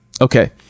Okay